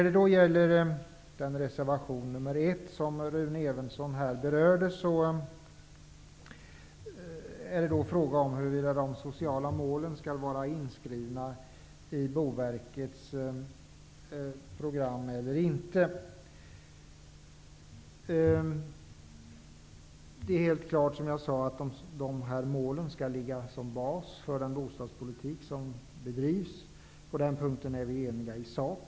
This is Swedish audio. I reservation 1, som Rune Evensson här berörde, föreslås att de sociala målen skall vara inskrivna i Boverkets program. Det är helt klart att dessa mål skall ligga till grund för den bostadspolitik som bedrivs. På den punkten är vi eniga i sak.